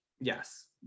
Yes